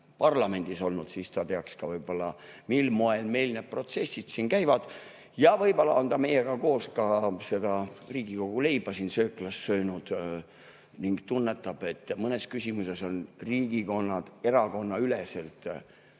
parlamendis olnud. Siis ta teaks ka, mil moel meil need protsessid siin käivad. Võib-olla oleks ta meiega koos ka Riigikogu leiba siin sööklas söönud ning tunnetaks, et mõnes küsimuses on riigikonnad erakonnaüleselt